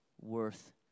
worth